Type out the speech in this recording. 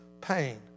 pain